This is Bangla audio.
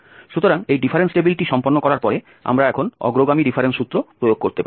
সুতরাং এই ডিফারেন্স টেবিলটি সম্পন্ন করার পরে আমরা এখন অগ্রগামী ডিফারেন্স সূত্র প্রয়োগ করতে পারি